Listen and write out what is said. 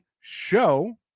show